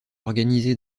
organisé